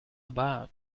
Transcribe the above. about